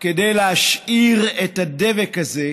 כדי להשאיר את הדבק הזה,